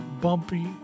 bumpy